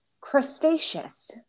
crustaceous